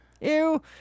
Ew